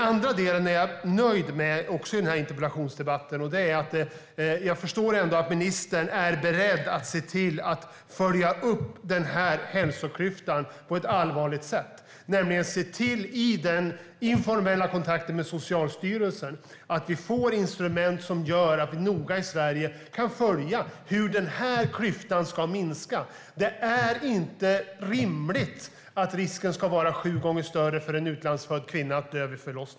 Jag är nöjd med den andra delen i interpellationsdebatten. Jag förstår att ministern är beredd att följa upp den här hälsoklyftan på ett allvarligt sätt, nämligen genom att i den informella kontakten med Socialstyrelsen se till att vi får instrument som gör att vi i Sverige noga kan följa hur klyftan ska minska. Det är inte rimligt att risken att dö vid förlossning ska vara sju gånger större för en utlandsfödd kvinna.